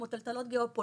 כמו טלטלות גיאו-פוליטיות,